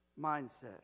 mindset